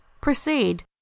Proceed